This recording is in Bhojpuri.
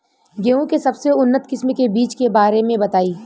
गेहूँ के सबसे उन्नत किस्म के बिज के बारे में बताई?